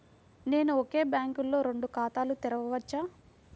నేను ఒకే బ్యాంకులో రెండు ఖాతాలు తెరవవచ్చా?